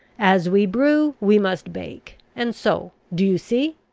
as we brew we must bake. and so, do you see?